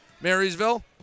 Marysville